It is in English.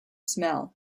smell